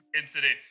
Incident